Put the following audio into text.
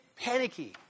panicky